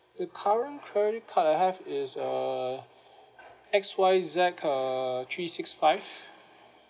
the credit card I have is uh X Y Z uh three six five